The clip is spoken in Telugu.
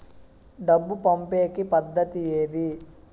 డబ్బు పంపేకి పద్దతి ఏది